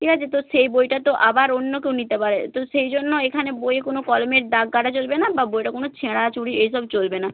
ঠিক আছে তো সেই বইটা তো আবার অন্য কেউ নিতে পারে তো সেই জন্য এখানে বইয়ে কোনও কলমের দাগ কাটা চলবেনা বা বইটা কোনও ছেঁড়া ছুড়ি এই সব চলবেনা